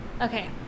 Okay